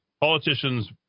Politicians